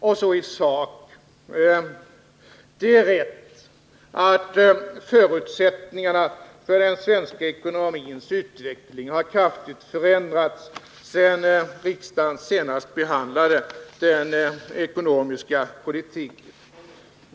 Och så i sak: Det är riktigt att förutsättningarna för den svenska ekonomins utveckling har kraftigt förändrats sedan riksdagen senast behandlade den ekonomiska politiken.